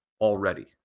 already